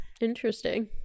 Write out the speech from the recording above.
Interesting